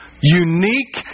unique